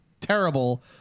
terrible